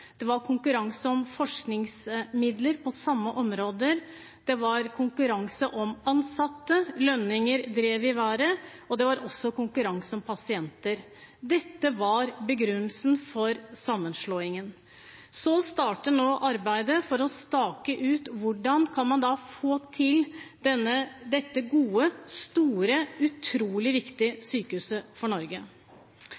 Det var konkurranse om forskningsmidler på samme områder. Det var konkurranse om ansatte, lønninger ble drevet i været, og det var også konkurranse om pasienter. Dette var begrunnelsen for sammenslåingen. Nå starter arbeidet med å stake ut hvordan man kan få det til ved dette gode, store, utrolig viktige